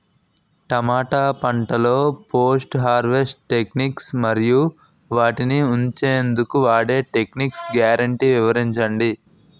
టమాటా పంటలో post harvest techniques మరియు వాటిని ఉంచెందుకు వాడే టెక్నిక్స్ గ్యారంటీ వివరించండి?